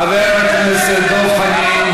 חבר הכנסת דב חנין.